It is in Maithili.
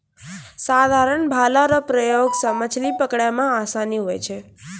साधारण भाला रो प्रयोग से मछली पकड़ै मे आसानी हुवै छै